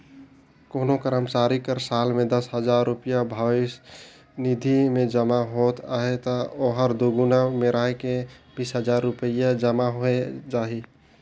कोनो करमचारी कर साल में दस हजार रूपिया भविस निधि में जमा होवत अहे ता ओहर दुगुना मेराए के बीस हजार रूपिया जमा होए जाही